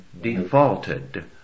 defaulted